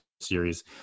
series